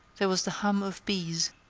there was the hum of bees,